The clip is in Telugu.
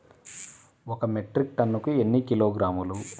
ఒక మెట్రిక్ టన్నుకు ఎన్ని కిలోగ్రాములు?